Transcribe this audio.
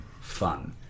fun